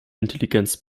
intelligenz